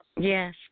Yes